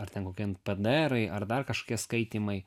ar ten kokie paderai ar dar kažkokie skaitymai